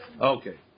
Okay